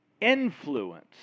influence